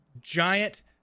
giant